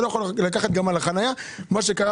אתה לא יכול לקחת גם על החניה כמו שקרה